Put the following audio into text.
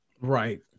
Right